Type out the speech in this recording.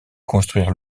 construire